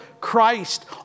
Christ